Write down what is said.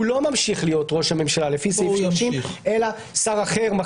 הוא לא ממשיך להיות ראש הממשלה לפי סעיף 30 אלא שר אחר,